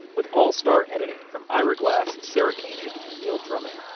with all-star editing from ira glass, sarah koenig, and neil drumming.